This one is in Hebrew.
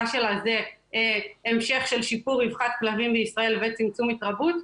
שלה זה המשך של שיפור רווחת כלבים בישראל וצמצום התרבות,